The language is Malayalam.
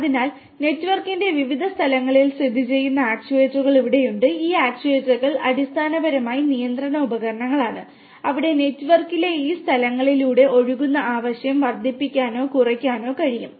അതിനാൽ നെറ്റ്വർക്കിന്റെ വിവിധ സ്ഥലങ്ങളിൽ സ്ഥിതിചെയ്യുന്ന ആക്യുവേറ്ററുകൾ ഇവിടെയുണ്ട് ഈ ആക്റ്റേറ്ററുകൾ അടിസ്ഥാനപരമായി നിയന്ത്രണ ഉപകരണങ്ങളാണ് അവിടെ നെറ്റ്വർക്കിലെ ഈ സ്ഥലങ്ങളിലൂടെ ഒഴുകുന്ന ആവശ്യം വർദ്ധിപ്പിക്കാനോ കുറയ്ക്കാനോ കഴിയും